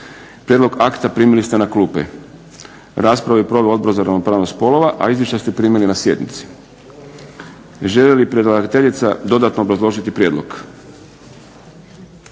Prijedlog akta primili ste na klupe. Raspravu je proveo Odbor za ravnopravnost spolova, a izvješća ste primili na sjednici. Želi li predlagateljica dodatno obrazložiti prijedlog?